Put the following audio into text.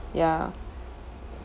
ya